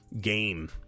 game